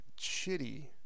shitty